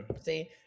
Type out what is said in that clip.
See